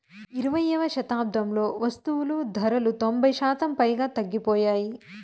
ఇరవైయవ శతాబ్దంలో వస్తువులు ధరలు తొంభై శాతం పైగా తగ్గిపోయాయి